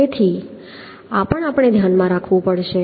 તેથી આ પણ આપણે ધ્યાનમાં રાખવું પડશે